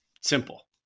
Simple